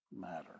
matter